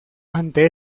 ante